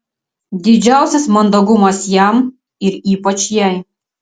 didžiausias mandagumas jam ir ypač jai